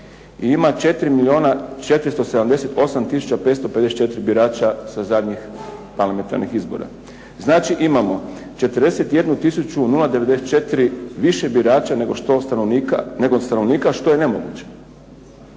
478 tisuća 554 birača sa zadnjih parlamentarnih izbora. Znači imamo 41 tisuću 094 više birača, nego stanovnika što je nemoguće.